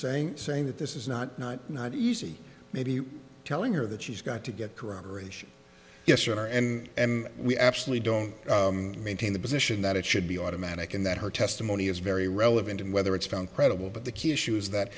saying saying that this is not not not easy maybe telling her that she's got to get corroboration yes or n and we actually don't maintain the position that it should be automatic and that her testimony is very relevant and whether it's found credible but the key issues that